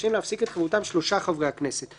רשאים להפסיק את חברותם שלושה חברי הכנסת,